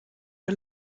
wir